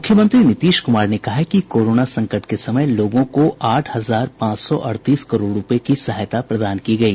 मूख्यमंत्री नीतीश कुमार ने कहा है कि कोरोना संकट के समय लोगों को आठ हजार पांच सौ अड़तीस करोड़ रूपये की सहायता प्रदान की गयी